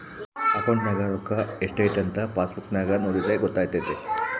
ಅಕೌಂಟ್ನಗ ರೋಕ್ಕಾ ಸ್ಟ್ರೈಥಂಥ ಪಾಸ್ಬುಕ್ ನಾಗ ನೋಡಿದ್ರೆ ಗೊತ್ತಾತೆತೆ